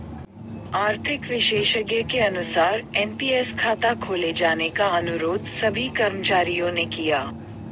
आर्थिक विशेषज्ञ के अनुसार एन.पी.एस खाता खोले जाने का अनुरोध सभी कर्मचारियों ने किया